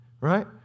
right